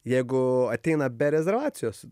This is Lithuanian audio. jeigu ateina be rezervacijos